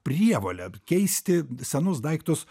prievolė keisti senus daiktus